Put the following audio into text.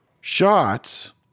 shots